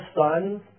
sons